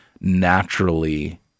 naturally